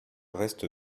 reste